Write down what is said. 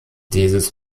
dieses